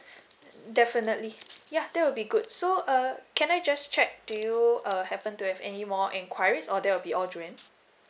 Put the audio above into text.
definitely yeah that would be good so uh can I just check do you err happen to have any more enquiries or that will be all joanne